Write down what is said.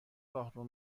راهرو